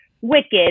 Wicked